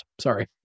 Sorry